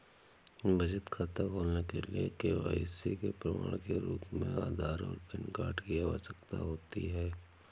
बचत खाता खोलने के लिए के.वाई.सी के प्रमाण के रूप में आधार और पैन कार्ड की आवश्यकता होती है